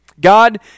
God